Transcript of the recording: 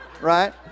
Right